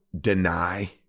deny